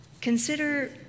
Consider